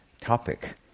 topic